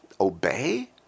obey